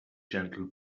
gentle